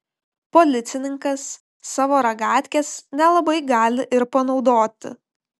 policininkas savo ragatkės nelabai gali ir panaudoti